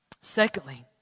Secondly